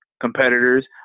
competitors